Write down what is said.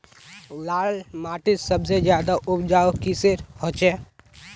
लाल माटित सबसे ज्यादा उपजाऊ किसेर होचए?